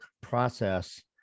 process